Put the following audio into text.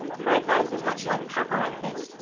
her advice is much like pepper, i think.